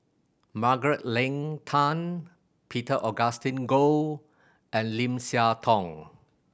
Margaret Leng Tan Peter Augustine Goh and Lim Siah Tong